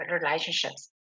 relationships